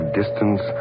distance